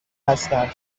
هستند